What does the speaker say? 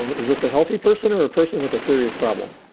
um is this a healthy person or a person with a serious problem?